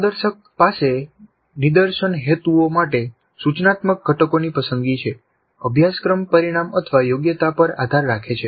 પ્રદર્શક પાસે નિદર્શન હેતુઓ માટે સૂચનાત્મક ઘટકોની પસંદગી છે અભ્યાસક્રમ પરિણામયોગ્યતા પર આધાર રાખે છે